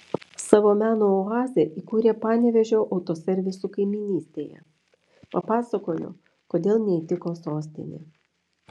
savo meno oazę įkūrė panevėžio autoservisų kaimynystėje papasakojo kodėl neįtiko sostinė